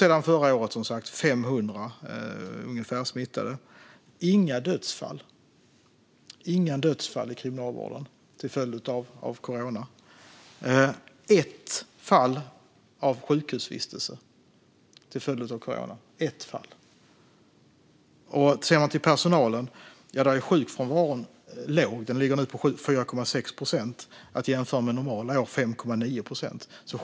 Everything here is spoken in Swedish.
Sedan förra året har vi, som sagt, haft ungefär 500 smittade men inga dödsfall i kriminalvården till följd av corona. Vi har haft ett fall av sjukhusvistelse till följd av corona. Ser man till personalen är sjukfrånvaron låg. Den ligger nu på 4,6 procent att jämföra med 5,9 procent normala år.